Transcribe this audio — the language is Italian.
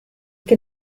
che